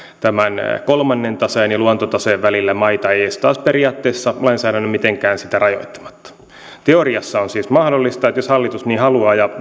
tämän kolmannen taseen ja luontotaseen välillä eestaas periaatteessa lainsäädännön mitenkään sitä rajoittamatta teoriassa on siis mahdollista että jos hallitus niin haluaa ja